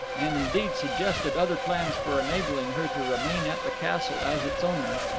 and indeed suggested other plans for enabling her to remain at the castle as its owner,